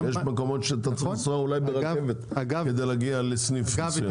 יש מקומות שאתה צריך לנסוע ברכבת כדי להגיע לסניף מסוים.